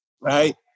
right